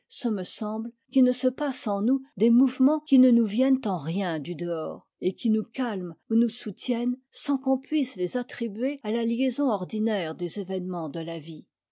ce me semble qu'il ne se passe en nous des mouvements qui ne nous viennent en rien du dehors et qui nous calment ou nous soutiennent sans qu'on puisse les attribuer à la liaison ordinaire des événements de la vie